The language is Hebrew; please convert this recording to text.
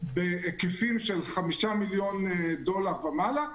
בהיקפים של 5 מיליון דולר ומעלה,